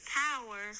power